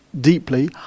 deeply